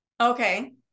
Okay